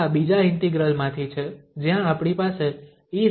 આ બીજા ઇન્ટિગ્રલ માંથી છે જ્યાં આપણી પાસે eiαt છે